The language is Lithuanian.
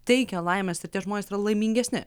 teikia laimės ir tie žmonės yra laimingesni